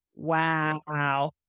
Wow